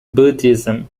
buddhism